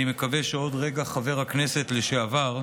אני מקווה שעוד רגע חבר הכנסת לשעבר,